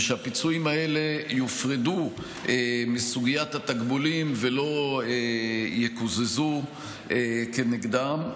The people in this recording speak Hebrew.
ושהפיצויים האלה יופרדו מסוגיית התגמולים ולא יקוזזו כנגדם.